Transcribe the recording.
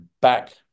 back